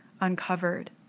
uncovered